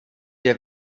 der